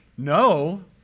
No